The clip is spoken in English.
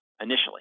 initially